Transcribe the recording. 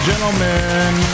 Gentlemen